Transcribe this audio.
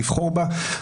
בבקשה.